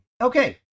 Okay